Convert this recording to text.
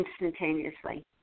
instantaneously